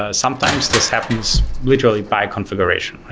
ah sometimes this happens literally by configuration.